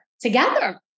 together